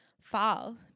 fall